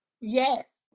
Yes